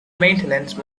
maintenance